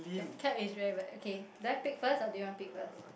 your cap is very but okay do I pick first or do you want to pick first